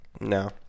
no